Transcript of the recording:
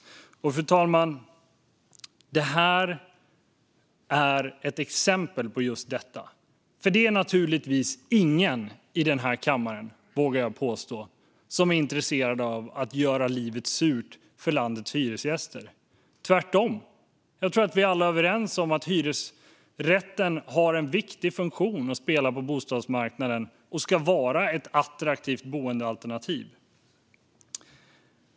Och den här debatten är ett exempel på just detta. Det är naturligtvis ingen i den här kammaren, vågar jag påstå, som är intresserad av att göra livet surt för landets hyresgäster. Tvärtom tror jag att vi alla är överens om att hyresrätten har en viktig funktion på bostadsmarknaden och ska vara ett attraktivt boendealternativ.